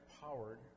powered